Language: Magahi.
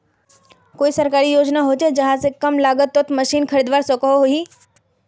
कोई सरकारी योजना होचे जहा से कम लागत तोत मशीन खरीदवार सकोहो ही?